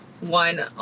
one